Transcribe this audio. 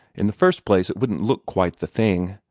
in the first place, it wouldn't look quite the thing,